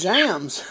Jams